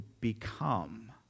become